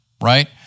right